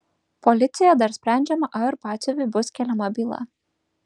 policijoje dar sprendžiama ar batsiuviui bus keliama byla